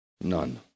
None